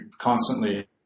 constantly